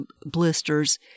blisters